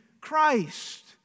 Christ